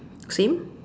same